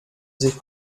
sich